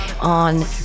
on